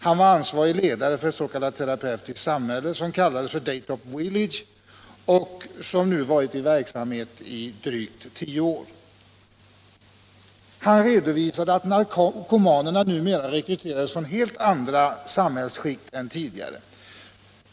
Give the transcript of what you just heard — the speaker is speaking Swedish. Han var ansvarig ledare för ett s.k. terapeutiskt samhälle, Daytop Village, som nu varit i verksamhet drygt tio år. Han redovisade att narkomanerna numera rekryteras från helt andra samhällsskikt än tidigare.